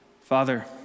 Father